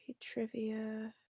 trivia